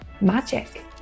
magic